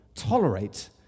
tolerate